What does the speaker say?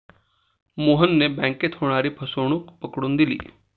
मोहनने बँकेत होणारी फसवणूक पकडून दिली